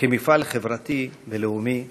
כמפעל חברתי ולאומי חשוב.